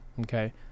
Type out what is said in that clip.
Okay